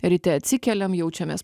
ryte atsikeliam jaučiamės